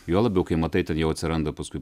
juo labiau kai matai ten jau atsiranda paskui